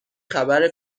خبر